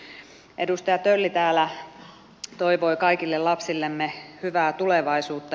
edustaja tölli täällä toivoi kaikille lapsillemme hyvää tulevaisuutta